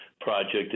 Project